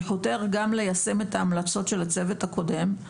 וחותר ליישם את ההמלצות של הצוות הקודם.